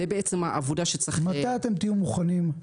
זה בעצם העבודה שצריך --- מתי אתם תהיו מוכנים?